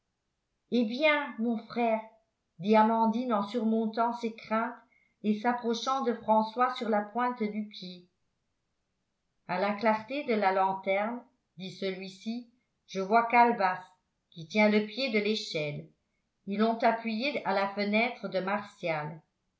eh bien mon frère dit amandine en surmontant ses craintes et s'approchant de françois sur la pointe du pied à la clarté de la lanterne dit celui-ci je vois calebasse qui tient le pied de l'échelle ils l'ont appuyée à la fenêtre de martial